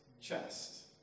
chest